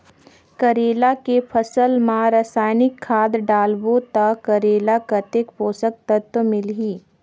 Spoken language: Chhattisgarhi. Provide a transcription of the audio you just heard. करेला के फसल मा रसायनिक खाद डालबो ता करेला कतेक पोषक तत्व मिलही?